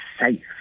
safe